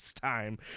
time